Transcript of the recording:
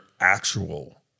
actual